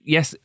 Yes